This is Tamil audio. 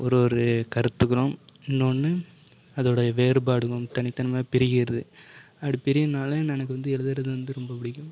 ஒரு ஒரு கருத்துக்களும் இன்னொன்று அதோடய வேறுபாடும் தனித்தன்மையாக பிரிகிறது அப்படி பிரிகிறனால எனக்கு வந்து எழுதுகிறது வந்து ரொம்ப பிடிக்கும்